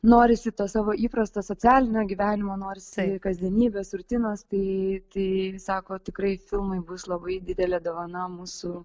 norisi to savo įprasto socialinio gyvenimo norisi kasdienybės rutinos tai tai sako tikrai filmai bus labai didelė dovana mūsų